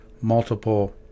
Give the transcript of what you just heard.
multiple